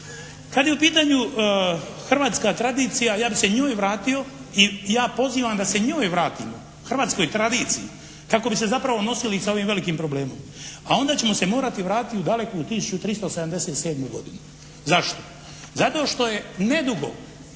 Kad je u pitanju hrvatska tradicija ja bih se njoj vratio i ja pozivam da se njoj vratimo, hrvatskoj tradiciji kako bi se zapravo nosili sa ovim velikim problemom, a onda ćemo se morati vratiti u daleku 1377. godinu. Zašto? Zato što je nedugo